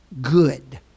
good